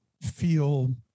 feel